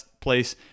place